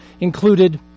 included